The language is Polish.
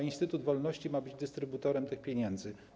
Instytut wolności ma być dystrybutorem tych pieniędzy.